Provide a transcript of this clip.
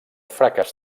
fracàs